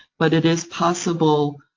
but it is possible,